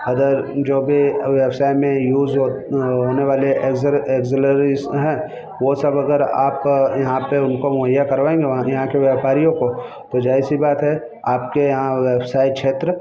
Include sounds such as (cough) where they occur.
other जो भी व्यवसाय में यूज होने वाले (unintelligible) हैं वो सब अगर आप यहाँ पे उनको मुहैया करवाएंगे यहाँ के व्यापारियों को तो जाहिर सी बात है आपके यहाँ व्यवसाय क्षेत्र